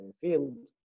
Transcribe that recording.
field